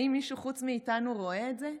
האם מישהו חוץ מאיתנו רואה את זה?